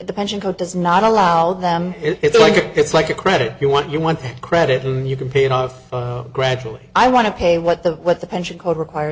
the pension code does not allow them it's like it's like a credit you want you want credit or you can pay it off gradually i want to pay what the what the pension code requires